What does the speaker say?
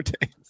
days